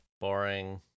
boring